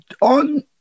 On